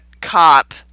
Cop